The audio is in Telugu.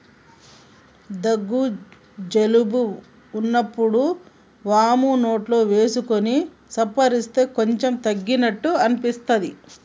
దగ్గు జలుబు వున్నప్పుడు వోమ నోట్లో వేసుకొని సప్పరిస్తే కొంచెం తగ్గినట్టు అనిపిస్తది